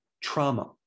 trauma